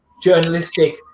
journalistic